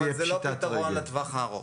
אבל זה לא פתרון לטווח הארוך.